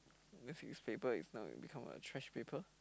because his paper is now become a trash paper